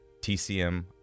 TCM